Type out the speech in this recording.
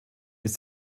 ist